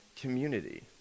community